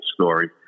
story